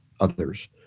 others